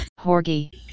Horgy